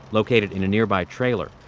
located in a nearby trailer,